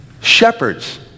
Shepherds